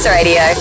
Radio